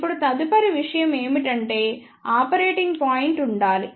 ఇప్పుడు తదుపరి విషయం ఏమిటంటే ఆపరేటింగ్ పాయింట్ ఉండాలి